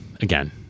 again